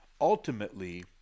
ultimately